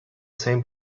same